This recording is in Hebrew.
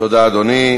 תודה, אדוני.